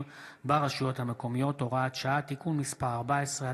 ברשויות המקומיות (הוראת שעה( (תיקון מס' 14),